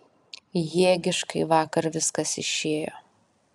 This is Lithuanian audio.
jėgiškai vakar viskas išėjo